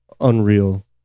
Unreal